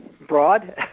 broad